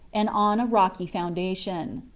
and on a rocky foundation.